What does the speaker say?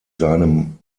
seinem